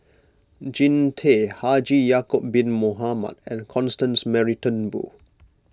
Jean Tay Haji Ya'Acob Bin Mohamed and Constance Mary Turnbull